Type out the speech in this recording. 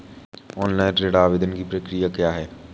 Online ऋण आवेदन की प्रक्रिया क्या है?